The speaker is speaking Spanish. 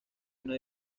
una